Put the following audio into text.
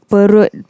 Perut